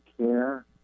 care